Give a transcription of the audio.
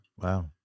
Wow